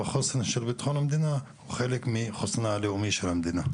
והחוסן של ביטחון המדינה הוא חלק מחוסנה הלאומי של המדינה.